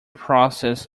process